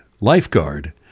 lifeguard